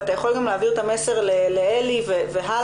ואתה יכול גם להעביר את המסר לעלי והלאה,